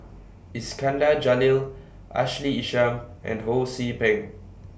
Iskandar Jalil Ashley Isham and Ho See Beng